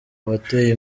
uwateye